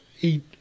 eat